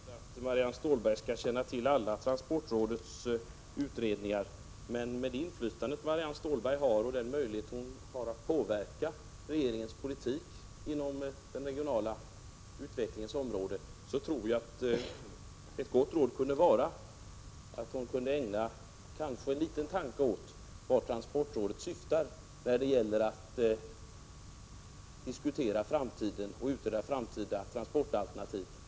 Herr talman! Jag begär inte att Marianne Stålberg skall känna till transportrådets alla utredningar, men med Marianne Stålbergs inflytande och möjligheter att påverka regeringens politik på den regionala utvecklingens område tror jag att det kanske kunde vara ett gott råd att ägna en liten tanke åt transportrådets syften när det gäller utredning av framtida transportalternativ.